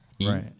Right